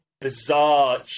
bizarre